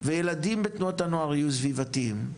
וילדים בתנועות הנוער יהיו סביבתיים,